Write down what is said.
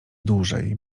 dłużej